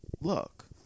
Look